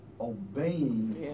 obeying